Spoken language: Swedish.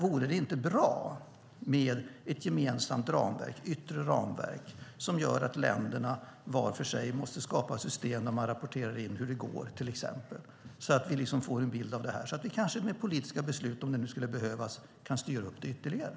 Vore det inte bra med ett gemensamt yttre ramverk som gör att länderna var för sig måste skapa system där de rapporterar in hur det går så att vi får en bild, så att vi med hjälp av politiska beslut kan styra ytterligare?